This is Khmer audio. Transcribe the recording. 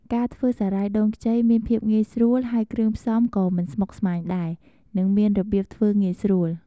ការធ្វើសារាយដូងខ្ចីមានភាពងាយស្រួល ហើយគ្រឿងផ្សំក៏មិនស្មុគស្មាញដែរ និងមានរបៀបធ្វើងាយស្រួល។